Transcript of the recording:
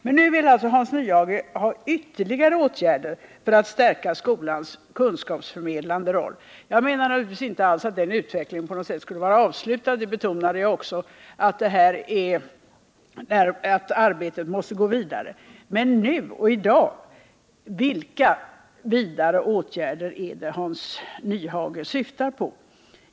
Men nu vill Hans Nyhage alltså ha ytterligare åtgärder för att stärka skolans kunskapsförmedlande roll. Jag menar naturligtvis inte alls att den utvecklingen skulle vara avslutad; jag betonade också att arbetet måste gå vidare. Men vilka vidare åtgärder nu och i dag är det som Hans Nyhage syftar på?